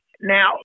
Now